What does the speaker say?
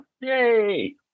Yay